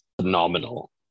Phenomenal